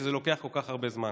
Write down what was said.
שזה לוקח כל כך הרבה זמן?